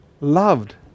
loved